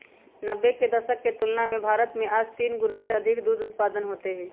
नब्बे के दशक के तुलना में भारत में आज तीन गुणा से अधिक दूध उत्पादन होते हई